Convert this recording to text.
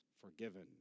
forgiven